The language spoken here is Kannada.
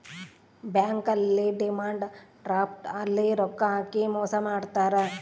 ಬ್ಯಾಂಕ್ ಅಲ್ಲಿ ಡಿಮಾಂಡ್ ಡ್ರಾಫ್ಟ್ ಅಲ್ಲಿ ರೊಕ್ಕ ಹಾಕಿ ಮೋಸ ಮಾಡ್ತಾರ